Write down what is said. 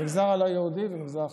המגזר הלא-יהודי והמגזר החקלאי,